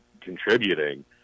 contributing